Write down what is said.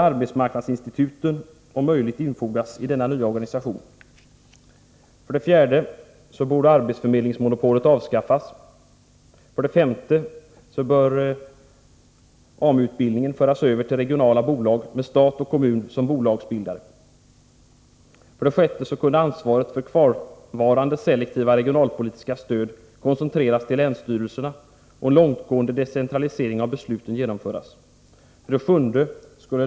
Arbetsmarknadsinstituten bör om möjligt infogas i denna nya organisation. 4. Arbetsförmedlingsmonopolet bör avskaffas. 5. Arbetsmarknadsutbildningen bör föras över till regionala bolag med stat och kommun som bolagsbildare. 6. Ansvaret för det kvarvarande selektiva regionalpolitiska stödet bör koncentreras till länsstyrelserna och en långtgående decentralisering av besluten genomföras. 7.